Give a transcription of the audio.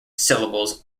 syllables